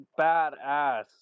badass